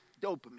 Dopamine